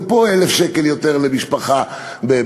פה זה 1,000 שקל יותר למשפחה בחודש,